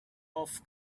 off